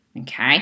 okay